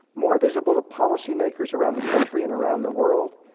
more visible to policy makers around the country and around the world.